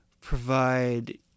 provide